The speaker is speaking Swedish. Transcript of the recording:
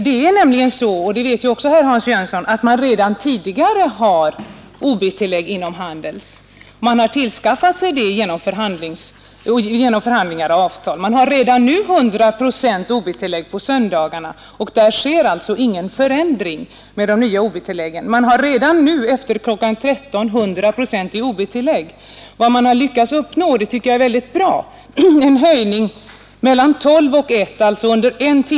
Det är nämligen så — det vet också herr Jönsson — att man redan tidigare har ob-tillägg inom Handels; som man har tillskansat sig genom förhandlingar och avtal. Man har redan nu 100 procent i ob-tillägg på söndagarna. Där innebär alltså de nya ob-tilläggen inte någon förändring. Vad man har lyckats uppnå — och det tycker jag är mycket bra — är en höjning för tiden mellan kl. 12.00 och kl.